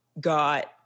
got